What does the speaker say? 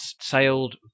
sailed